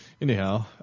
Anyhow